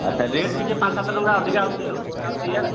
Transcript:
ଆଚ୍ଛା ରେଟ୍ ଟିକେ ପାଞ୍ଚ ସାତ ଟଙ୍କା ଅଧିକା ଆସୁଛି କଥା ହେଉଛି ଏଇଆ